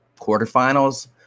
quarterfinals